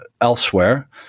elsewhere